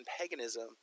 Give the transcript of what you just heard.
paganism